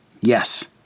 Yes